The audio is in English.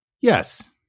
Yes